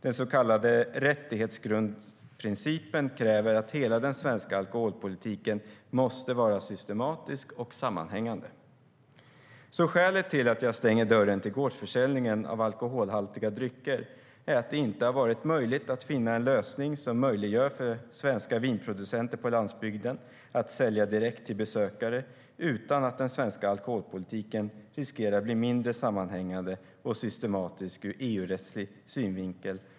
Den så kallade rättighetsgrundsprincipen kräver att hela den svenska alkoholpolitiken måste vara systematisk och sammanhängande. Skälet till att jag stänger dörren till gårdsförsäljningen av alkoholhaltiga drycker är alltså att det inte har varit möjligt att finna en lösning som möjliggör för svenska vinproducenter på landsbygden att sälja direkt till besökare utan att den svenska alkoholpolitiken riskerar bli mindre sammanhängande och systematisk ur EU-rättslig synvinkel.